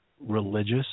religious